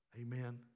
Amen